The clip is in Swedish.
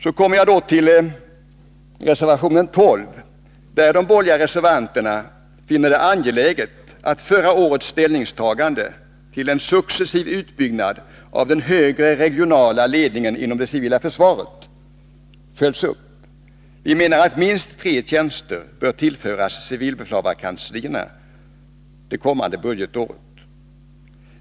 Jag kommer så till reservation 12, där de borgerliga reservanterna finner det angeläget att förra årets ställningstagande till en successiv utbyggnad av den högre regionala ledningen inom det civila försvaret följs upp. Vi menar att minst tre tjänster bör tillföras civilbefälhavarkanslierna det kommande budgetåret.